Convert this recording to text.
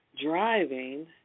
driving